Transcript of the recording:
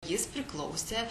jis priklausė